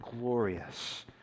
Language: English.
glorious